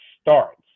starts